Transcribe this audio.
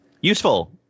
useful